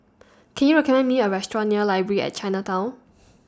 Can YOU recommend Me A Restaurant near Library At Chinatown